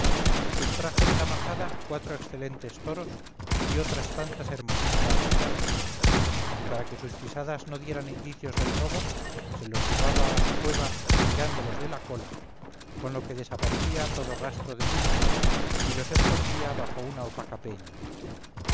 sustrajo de la majada cuatro excelentes toros y otras tantas hermosísimas becerras y para que sus pisadas no dieran indicios del robo se los llevaba a su cueva tirándolos de la cola con lo que desaparecía todo rastro del hurto y los escondía bajo una opaca peña